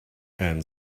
and